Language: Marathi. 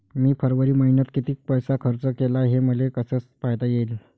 मी फरवरी मईन्यात कितीक पैसा खर्च केला, हे मले कसे पायता येईल?